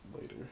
later